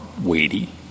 weighty